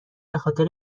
بخاطر